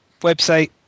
website